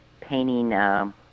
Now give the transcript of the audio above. painting